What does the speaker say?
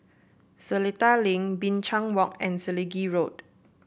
Seletar Link Binchang Walk and Selegie Road